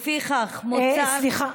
לפיכך, מוצע, סליחה.